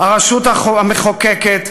הרשות המחוקקת,